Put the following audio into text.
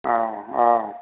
औ औ